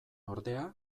ordea